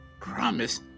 promise